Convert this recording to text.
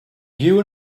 you